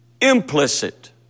implicit